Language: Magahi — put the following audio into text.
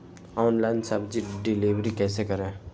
ऑनलाइन सब्जी डिलीवर कैसे करें?